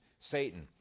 Satan